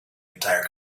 entire